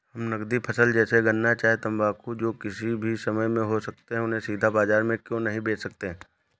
हम नगदी फसल जैसे गन्ना चाय तंबाकू जो किसी भी समय में हो सकते हैं उन्हें सीधा बाजार में क्यो नहीं बेच सकते हैं?